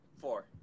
four